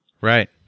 right